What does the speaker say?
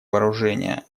вооружения